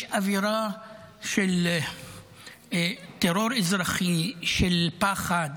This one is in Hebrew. יש אווירה של טרור אזרחי, של פחד.